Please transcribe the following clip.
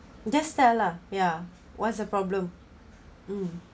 just tell lah ya what's the problem mm